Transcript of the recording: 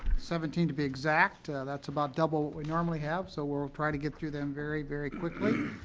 seventeen to be exact that's about double what we normally have, so we'll we'll try to get through them very, very quickly.